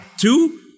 two